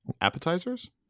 Appetizers